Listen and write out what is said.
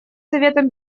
советом